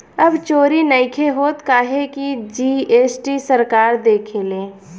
अब चोरी नइखे होत काहे की जी.एस.टी सरकार देखेले